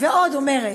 ועוד היא אומרת: